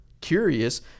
curious